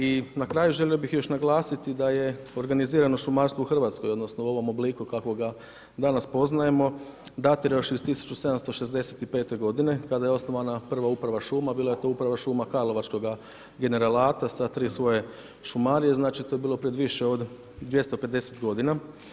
I na kraju želio bih još naglasiti da je organizirano šumarstvo u Hrvatskoj, odnosno u ovom obliku kakvoga danas poznajemo datira još iz 1765. godine kada je osnovana prva uprava šuma, bila je to uprava šuma Karlovačkoga generalata sa 3 svoje šumarije, to je bilo pred više od 250 godina.